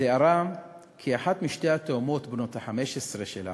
תיארה כי אחת משתי התאומות בנות ה-15 שלה